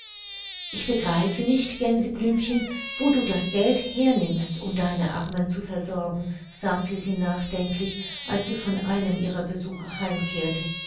ich begreife nicht gänseblümchen wo du das geld hernimmst um deine armen zu versorgen sagte sie nachdenklich als sie von einem ihrer besuche heimkehrte